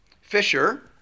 Fisher